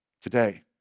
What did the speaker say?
today